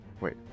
Wait